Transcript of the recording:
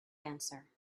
answer